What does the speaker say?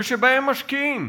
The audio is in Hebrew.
ושבהם משקיעים,